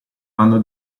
hanno